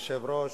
כבוד היושב-ראש,